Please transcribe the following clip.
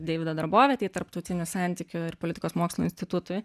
deivido darbovietei tarptautinių santykių ir politikos mokslų institutui